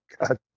god